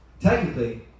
Technically